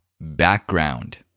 background